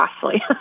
costly